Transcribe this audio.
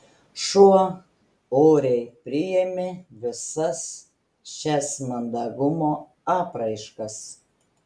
šuo oriai priėmė visas šias mandagumo apraiškas